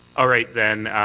all right then.